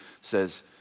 says